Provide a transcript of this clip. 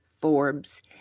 Forbes